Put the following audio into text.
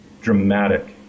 dramatic